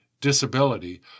disability